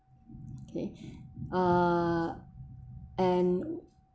okay uh and